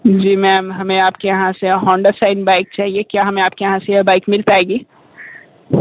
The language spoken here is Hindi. जी मैम हमें आपके यहाँ से होंडा साइन बाइक चाहिए क्या हमें आपके यहाँ से यह बाइक मिल पाएगी